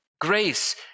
Grace